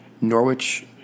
Norwich